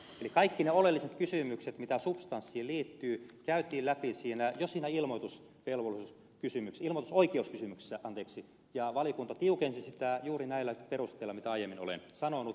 eli kaikki ne oleelliset kysymykset mitä substanssiin liittyy käytiin läpi jo siinä ilmoitus kelvollinen kysymys ilman oikeuskysymyksessä on ilmoitusoikeuskysymyksessä ja valiokunta tiukensi sitä juuri näillä perusteilla mitä aiemmin olen sanonut